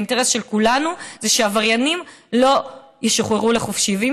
כי האינטרס של כולנו זה שעבריינים לא ישוחררו לחופשי.